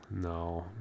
no